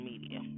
media